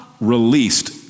released